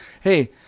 hey